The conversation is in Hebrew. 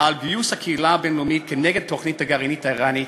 על גיוס הקהילה הבין-לאומית כנגד התוכנית הגרעינית האיראנית,